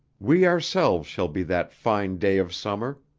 we ourselves shall be that fine day of summer,